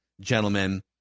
gentlemen